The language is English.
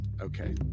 Okay